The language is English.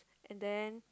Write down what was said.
and then